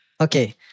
Okay